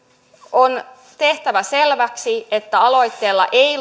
on tehtävä selväksi että aloitteella ei